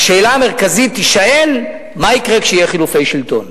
השאלה המרכזית תישאל: מה יקרה כשיהיו חילופי שלטון.